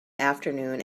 afternoon